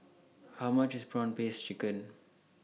How much IS Prawn Paste Chicken